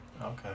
Okay